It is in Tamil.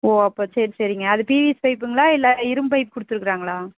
ஓ அப்போ சரி சரிங்க அது பிவிசி பைப்புங்களா இல்லை இரும்பு பைப் கொடுத்துருக்காங்களா